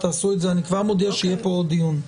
אני כבר מודיע שיהיה פה עוד דיון.